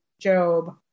Job